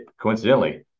Coincidentally